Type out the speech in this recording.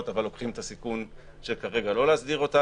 אבל לוקחים את הסיכון של כרגע לא להסדיר אותה.